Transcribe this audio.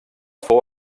fou